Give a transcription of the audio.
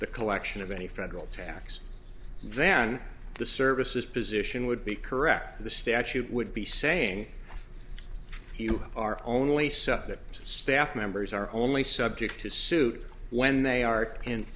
the collection of any federal tax then the services position would be correct the statute would be saying you are only so that staff members are only subject to suit when they are